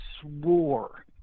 swore